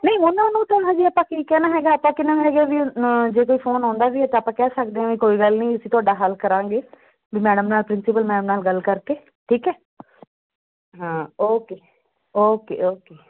ਨਹੀਂ ਉਹਨਾਂ ਨੂੰ ਤਾਂ ਹਜੇ ਆਪਾਂ ਕੀ ਕਹਿਣਾ ਹੈਗਾ ਆਪਾਂ ਕਿਨਮ ਹੈਗੇ ਹੈ ਬਈ ਜੇ ਕੋਈ ਫੋਨ ਆਉਂਦਾ ਵੀ ਤਾਂ ਆਪਾਂ ਕਹਿ ਸਕਦੇ ਹਾਂ ਕੋਈ ਗੱਲ ਨਹੀਂ ਅਸੀਂ ਤੁਹਾਡਾ ਹੱਲ ਕਰਾਂਗੇ ਬਈ ਮੈਡਮ ਨਾਲ ਪ੍ਰਿੰਸੀਪਲ ਮੈਮ ਨਾਲ ਗੱਲ ਕਰਕੇ ਠੀਕ ਹੈ ਹਾਂ ਓਕੇ ਓਕੇ ਓਕੇ